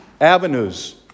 avenues